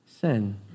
sin